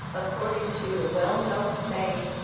according to the well-known saying,